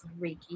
Reiki